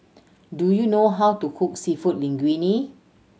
do you know how to cook Seafood Linguine